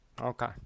Okay